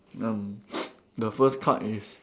um the first card is